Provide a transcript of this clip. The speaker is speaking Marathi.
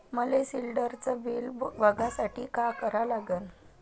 मले शिलिंडरचं बिल बघसाठी का करा लागन?